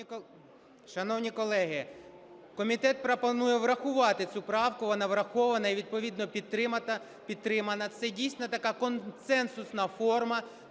Шановні колеги, комітет пропонує врахувати цю правку, вона врахована і відповідно підтримана. Це, дійсно, така консенсусна форма,